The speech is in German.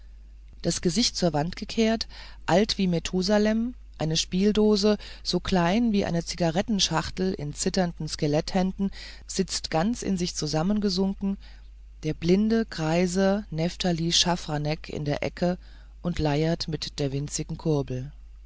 das gesicht zur wand gekehrt alt wie methusalem eine spieldose so klein wie eine zigarettenschachtel in zitternden skeletthänden sitzt ganz in sich zusammengesunken der blinde greise nephtali schaffranek in der ecke und leiert mit der winzigen kurbel